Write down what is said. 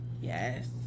Yes